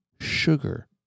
sugar